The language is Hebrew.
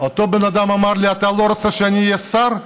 אותו בן אדם אמר לי: אתה לא רוצה שאני אהיה שר?